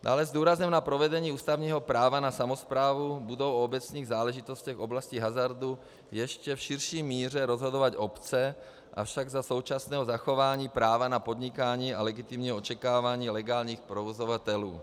Dále s důrazem na provedení ústavního práva na samosprávu budou o obecních záležitostech v oblastech hazardu ještě v širší míře rozhodovat obce, avšak za současného zachování práva na podnikání a legitimní očekávání legálních provozovatelů.